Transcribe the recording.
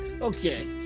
Okay